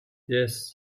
yes